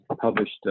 published